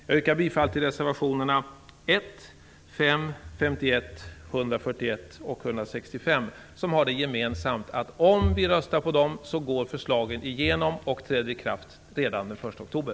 Jag yrkar bifall till reservationerna 1, 5, 51, 141 och 165, som har det gemensamt att om vi röstar för dem går förslagen igenom och träder i kraft redan den 1 oktober.